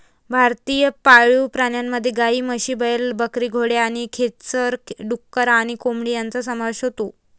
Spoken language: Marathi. भारतीय पाळीव प्राण्यांमध्ये गायी, म्हशी, बैल, बकरी, घोडे आणि खेचर, डुक्कर आणि कोंबडी यांचा समावेश होतो